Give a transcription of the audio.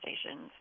stations